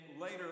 later